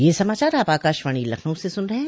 ब्रे क यह समाचार आप आकाशवाणी लखनऊ से सुन रहे हैं